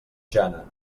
jana